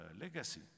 legacy